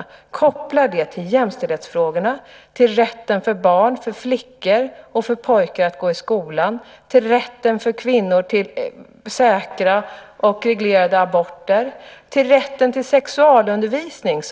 Vi ska koppla det till jämställdhetsfrågorna, rätten för barn - för flickor och pojkar - att gå i skolan och rätten för kvinnor till säkra och reglerade aborter. Det ska kopplas till rätten till sexualundervisning.